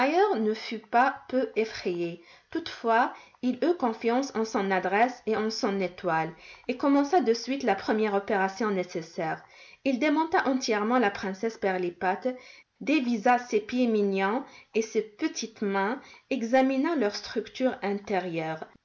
ne fut pas peu effrayé toutefois il eut confiance en son adresse et en son étoile et commença de suite la première opération nécessaire il démonta entièrement la princesse pirlipat dévissa ses pieds mignons et ses petites mains examina leur structure intérieure